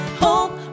hope